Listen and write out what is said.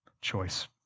choice